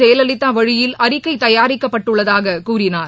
ஜெயலலிதா வழியில் அறிக்கை தயாரிக்கப்பட்டுள்ளதாக கூறினார்